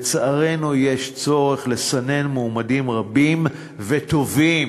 לצערנו, יש צורך לסנן מועמדים רבים וטובים.